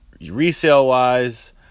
Resale-wise